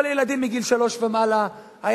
אבל לילדים מגיל שלוש ומעלה היה